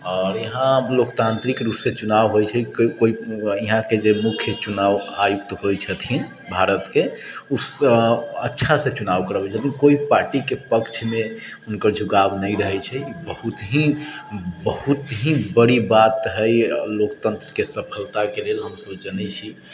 आओर यहाँ अब लोकतांत्रिक रूपसँ चुनाव होइ छै कोइ यहाँके जे मुख्य चुनाव आयुक्त होइ छथिन भारतके ओ अच्छासँ चुनाव करबै छथिन कोइ पार्टीके पक्षमे हुनकर झुकाव नहि रहै छै बहुत ही बहुत ही बड़ी बात है लोकतन्त्रके सफलताके लेल हम सभ जनै छी